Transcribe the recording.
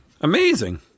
Amazing